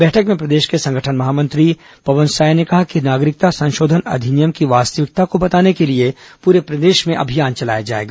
बैठक में प्रदेश के संगठन महामंत्री पवन साय ने कहा नागरिकता संशोधन अधिनियम की वास्तविकता को बताने के लिए पुरे प्रदेश में अभियान चलाया जाएगा